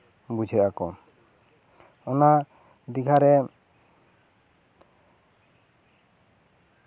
ᱵᱩᱡᱷᱟᱹᱜ ᱟᱠᱚ ᱚᱱᱟ ᱫᱤᱜᱷᱟ ᱨᱮ